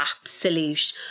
absolute